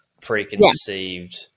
preconceived